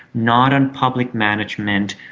not in public management,